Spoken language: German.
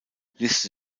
liste